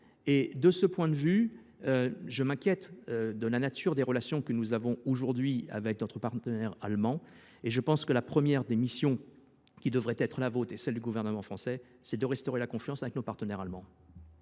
De ce point de vue, je m’inquiète de la nature des relations que nous avons aujourd’hui avec notre partenaire allemand. Il me semble que la première de vos missions, de celles du Gouvernement français, devrait être de restaurer la confiance avec nos partenaires allemands.